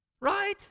Right